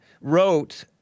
wrote